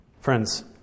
Friends